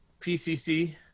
PCC